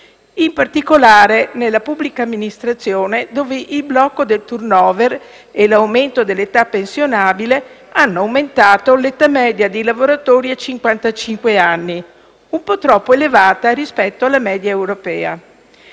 in particolare nella pubblica amministrazione, dove il blocco del *turn over* e l'aumento dell'età pensionabile hanno aumentato l'età media dei lavoratori a cinquantacinque anni, un po' troppo elevata rispetto alla media europea.